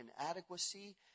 inadequacy